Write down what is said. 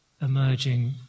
emerging